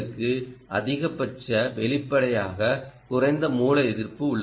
எனவே இதன் பொருள் வெளிப்படையாக குறைந்த மூல எதிர்ப்பு உள்ளது